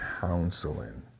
counseling